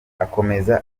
akomeza